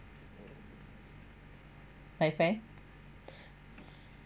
my friend